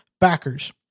backers